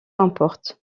importe